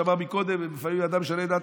שאמר קודם: לפעמים בן אדם משנה את דעתו,